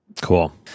Cool